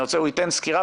הוא ייתן סקירה,